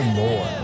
more